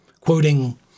quoting